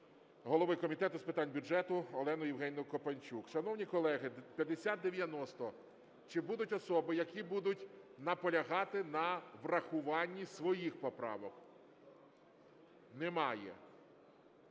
голови Комітету з питань бюджету Олену Євгенівну Копанчук. Шановні колеги, 5090, чи будуть особи, які будуть наполягати на врахуванні своїх поправок? Немає.